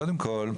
קודם כול,